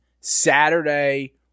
Saturday